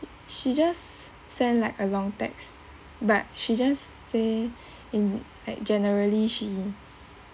she just send like a long text but she just say in at generally she